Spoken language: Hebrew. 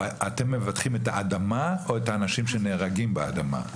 אתם מבטחים את האדמה או את האנשים שנהרגים באדמה?